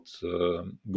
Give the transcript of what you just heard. good